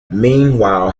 meanwhile